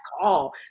call